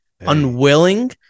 unwilling